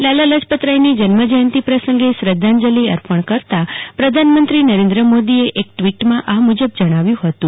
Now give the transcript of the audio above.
લાલા લજપતરાયની જન્મજયંતિ પ્રસંગ શ્રઘ્ધાંજલિ અર્પણ પ્રધાનમંત્રી નરેન્દ મોદી એ કરતાં એક ટવીટમાં આ મુજબ જણાવ્યું હતું